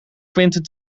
quentin